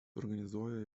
organizuoja